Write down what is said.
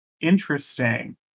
Interesting